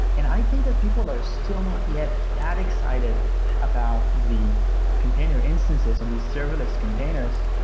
and i think that people are still not yet that excited about the container instances and these serverless containers,